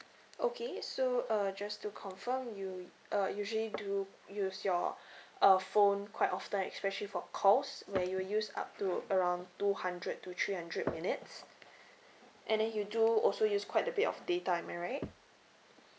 okay so uh just to confirm you uh usually do use your uh phone quite often especially for calls where you use up to around two hundred to three hundred minutes and then you do also use quite a bit of data am I right